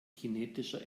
kinetischer